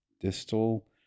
distal